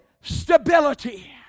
stability